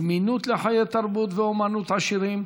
זמינות של חיי תרבות ואומנות עשירים,